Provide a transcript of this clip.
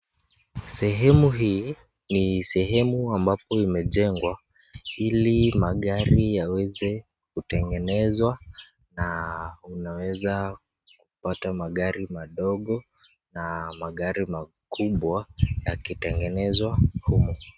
Sehemu hii, ni sehemu ambapo imejenga, ili magari yaweze kutengenezwa, na unaweza kupata magari madogo na magari makubwa, yakitengenezwa humu.